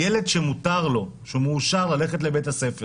ילד שמותר לו, שהוא מאושר ללכת לביתה ספר